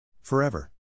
Forever